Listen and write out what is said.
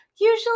usually